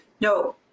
No